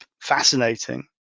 fascinating